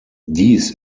dies